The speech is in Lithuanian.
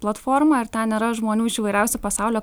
platformą ir ten yra žmonių iš įvairiausių pasaulio